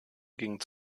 ging